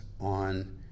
on